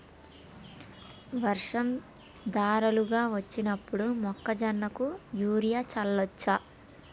వర్షం ధారలుగా వచ్చినప్పుడు మొక్కజొన్న కు యూరియా చల్లచ్చా?